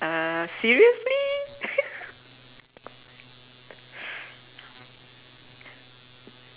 uh seriously